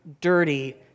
dirty